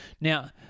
Now